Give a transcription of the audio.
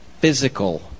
physical